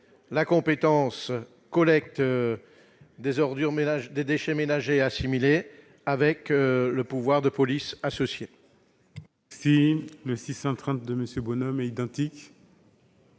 la compétence collecte des déchets ménagers et assimilés et le pouvoir de police associé.